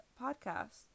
podcast